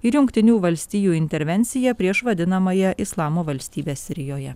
ir jungtinių valstijų intervenciją prieš vadinamąją islamo valstybę sirijoje